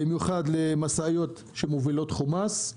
במיוחד למשאיות שמובילות חומ"ס.